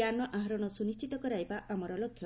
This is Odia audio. ଜ୍ଞାନ ଆହରଣ ସୁନିଶ୍ଚିତ କରାଇବା ଆମର ଲକ୍ଷ୍ୟ